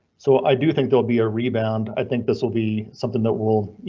so i do think there will be a rebound. i think this will be something that will, you